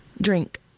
drink